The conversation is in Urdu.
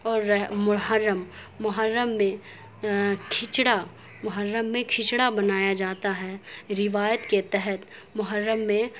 اور محرم محرم میں کچھڑا محرم میں کھچڑا بنایا جاتا ہے روایت کے تحت محرم میں